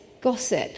gossip